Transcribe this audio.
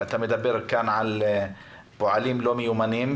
ואתה מדבר כאן על פועלים לא מיומנים,